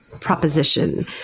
proposition